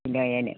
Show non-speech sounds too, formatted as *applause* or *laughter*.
*unintelligible*